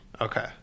Okay